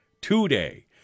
today